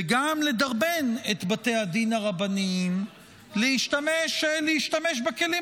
וגם לדרבן את בתי הדין הרבניים להשתמש בכלים